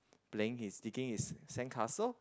playing his digging his sand castle